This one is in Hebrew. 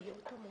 לניוד הזה.